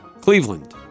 Cleveland